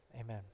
amen